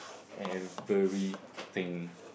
everything